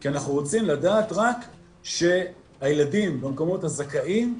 כי אנחנו רוצים לדעת רק שהילדים במקומות הזכאים,